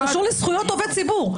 זה קשור לזכויות עובד ציבור.